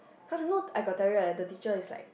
cause you know I got tell you right the teacher is like